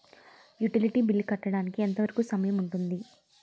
Utility bill కట్టడానికి ఎంత వరుకు సమయం ఉంటుంది?